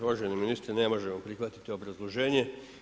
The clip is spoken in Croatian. Uvaženi ministre, ne možemo prihvatiti obrazloženje.